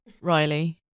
Riley